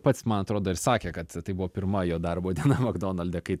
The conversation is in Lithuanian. pats man atrodo ir sakė kad tai buvo pirma jo darbo diena makdonalde kai